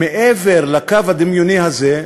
מעבר לקו הדמיוני הזה,